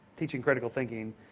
teaching critical thinking.